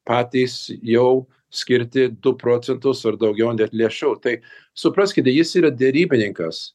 patys jau skirti du procentus ar daugiau lėšų tai supraskite jis yra derybininkas